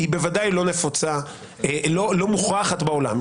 היא בוודאי לא מוכחת בעולם.